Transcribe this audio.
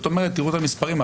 תיראו את המספרים.